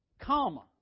comma